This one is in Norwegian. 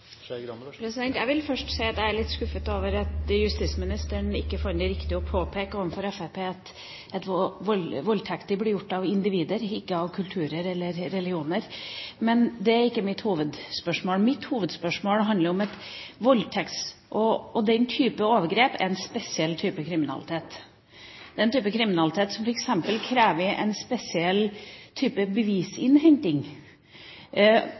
litt skuffet over at justisministeren ikke fant det riktig å påpeke overfor Fremskrittspartiet at voldtekter blir gjort av individer, ikke av kulturer eller av religioner. Men det er ikke mitt hovedspørsmål. Mitt hovedspørsmål handler om at voldtekt og den typen overgrep er en spesiell type kriminalitet. Det er en type kriminalitet som f.eks. krever en spesiell type